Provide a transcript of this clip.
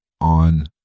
on